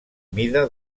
mida